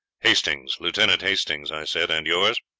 hastings lieutenant hastings i said. and yours